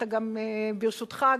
ברשותך,